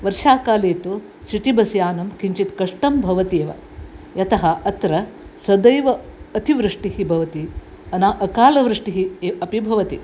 वर्षाकाले तु city bus यानं किञ्चित् कष्टं भवति एव यतः अत्र सदैव अतिवृष्टिः भवति अना अकाल वृष्टिः ए अपि भवति